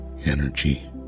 energy